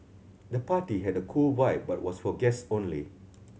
the party had a cool vibe but was for guests only